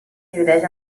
divideix